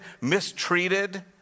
mistreated